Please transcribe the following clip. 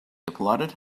applauded